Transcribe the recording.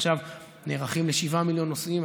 עכשיו נערכים לשבעה מיליון נוסעים,